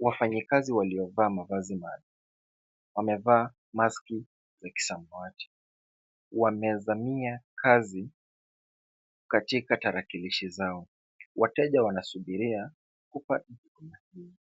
wafanyikazi waliovaa mavazi maalum, wamevaa maski za kisamawati. Wamezamia kazi katika tarakilishi zao, wateja wanasubiria kupata huduma hii.